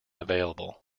available